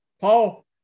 Paul